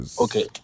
Okay